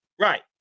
Right